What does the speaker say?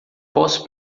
posso